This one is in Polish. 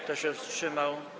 Kto się wstrzymał?